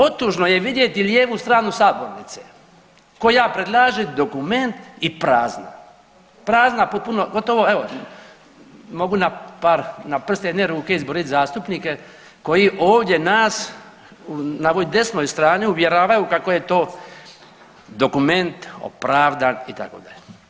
Otužno je vidjeti lijevu stranu sabornice koja predlaže dokument i prazna, prazna potpuno, gotovo evo mogu na prste jedne ruke izbrojit zastupnike koji ovdje nas na ovoj desnoj strani uvjeravaju kako je to dokument opravdan itd.